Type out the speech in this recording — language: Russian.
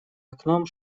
окном